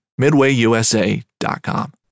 MidwayUSA.com